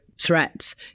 threats